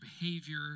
behavior